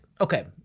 okay